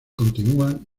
continúan